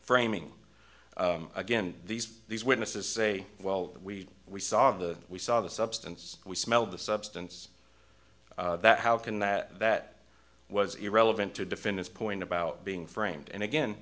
framing again these these witnesses say well we we saw the we saw the substance we smelled the substance that how can that that was irrelevant to defend his point about being framed and again